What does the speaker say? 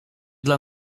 dla